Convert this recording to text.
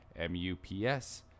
MUPS